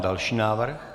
Další návrh.